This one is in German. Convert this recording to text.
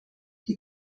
die